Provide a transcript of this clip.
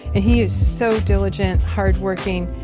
and he is so diligent, hardworking,